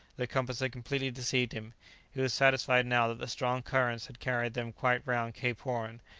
the compass had completely deceived him he was satisfied now that the strong currents had carried them quite round cape horn,